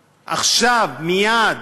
עכשיו, מייד